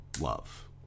love